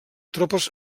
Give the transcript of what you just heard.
tropes